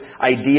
idea